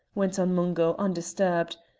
went on mungo, undisturbed,